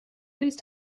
please